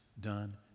done